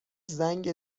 زنگ